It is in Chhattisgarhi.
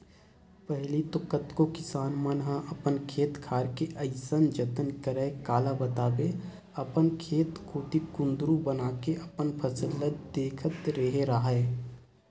पहिली तो कतको किसान मन ह अपन खेत खार के अइसन जतन करय काला बताबे अपन खेत कोती कुदंरा बनाके अपन फसल ल देखत रेहे राहय